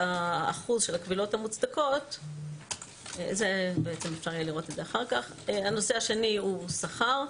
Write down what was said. הנושא השני הוא שכר.